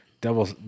Double